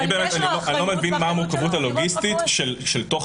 אני לא מבין מה המורכבות הלוגיסטית בתוך